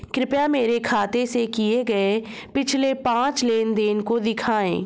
कृपया मेरे खाते से किए गये पिछले पांच लेन देन को दिखाएं